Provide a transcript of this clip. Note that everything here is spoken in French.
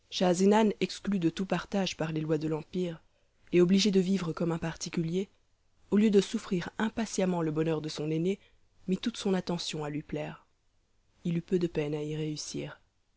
exclu de tout partage par les lois de l'empire et obligé de vivre comme un particulier au lieu de souffrir impatiemment le bonheur de son aîné mit toute son attention à lui plaire il eut peu de peine à y réussir